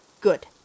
Good